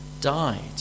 died